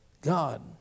God